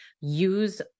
Use